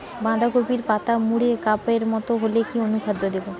বাঁধাকপির পাতা মুড়ে কাপের মতো হলে কি অনুখাদ্য দেবো?